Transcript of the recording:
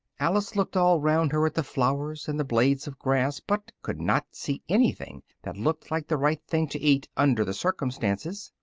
alice looked all round her at the flowers and the blades of grass but could not see anything that looked like the right thing to eat under the circumstances.